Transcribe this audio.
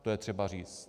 To je třeba říct.